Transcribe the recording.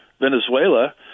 Venezuela